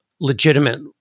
legitimate